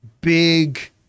big